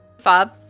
fob